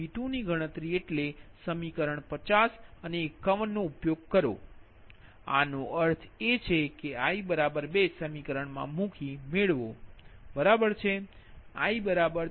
P2 ની ગણતરી એટલે સમીકરણ 50 અને 51 નો ઉપયોગ કરો અને આનો અર્થ એ છે કે i 2 સમીકરણ મા મૂકી મેળવો બરાબર છે